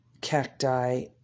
cacti